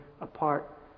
apart